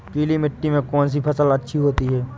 पीली मिट्टी में कौन सी फसल ज्यादा अच्छी होती है?